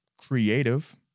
creative